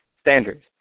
Standards